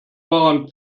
waren